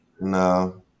No